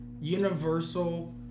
universal